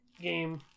game